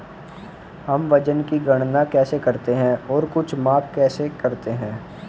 हम वजन की गणना कैसे करते हैं और कुछ माप कैसे करते हैं?